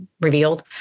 revealed